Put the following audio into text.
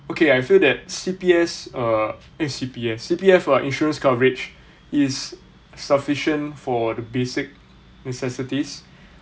okay I feel that C_P_S uh eh C_P_S C_P_F for insurance coverage is sufficient for the basic necessities